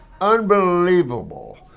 unbelievable